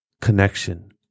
connection